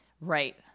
Right